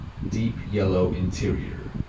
deep yellow interior.